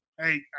Hey